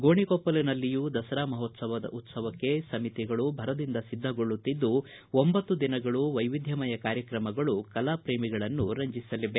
ಗೋಣಿಕೊಪ್ಪಲುವಿನಲ್ಲಿಯೂ ದಸರಾ ಮಹೋತ್ಸವಕ್ಕೆ ಉತ್ಸವ ಸಮಿತಿಗಳು ಭರದಿಂದ ಸಿದ್ದಗೊಳ್ಳುತ್ತಿದ್ದು ಒಂಬತ್ತು ದಿನಗಳೂ ವೈವಿಧ್ಯಮಯ ಕಾರ್ಯಕ್ರಮಗಳು ಕಲಾಪ್ರೇಮಿಗಳನ್ನು ರಂಜಿಸಲಿದೆ